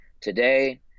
today